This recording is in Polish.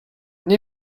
nie